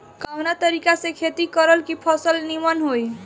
कवना तरीका से खेती करल की फसल नीमन होई?